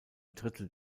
drittel